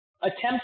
attempt